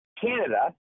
Canada